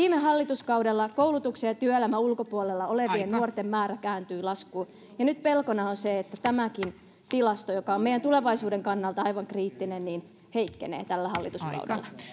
viime hallituskaudella koulutuksen ja työelämän ulkopuolella olevien nuorten määrä kääntyi laskuun ja nyt pelkona on se että tämäkin tilasto joka on meidän tulevaisuuden kannalta aivan kriittinen heikkenee tällä hallituskaudella